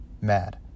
mad